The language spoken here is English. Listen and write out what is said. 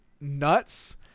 nuts